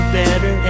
better